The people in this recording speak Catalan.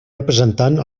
representant